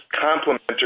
complementary